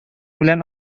белән